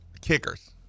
kickers